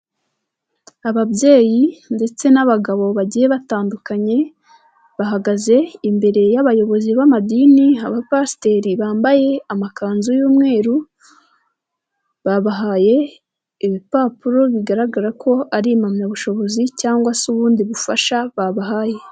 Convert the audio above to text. Ababyeyi ndetse n'abagabo bagiye batandukanye, bahagaze imbere y'abayobozi b'amadini, abapasiteri bambaye amakanzu y'umweru, babahaye ibipapuro bigaragara ko ari impamyabushobozi cyangwa se ubundi bufasha babahaye.